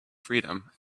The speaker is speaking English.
freedom